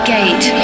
Gate